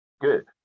good